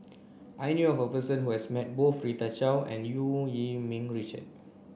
I knew her person who has met both Rita Chao and Eu Yee Ming Richard